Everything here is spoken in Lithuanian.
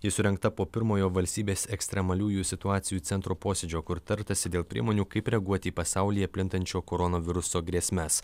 ji surengta po pirmojo valstybės ekstremaliųjų situacijų centro posėdžio kur tartasi dėl priemonių kaip reaguoti į pasaulyje plintančio koronaviruso grėsmes